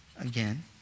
again